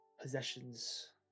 Possessions